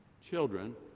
Children